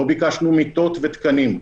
לא ביקשנו מיטות ותקנים.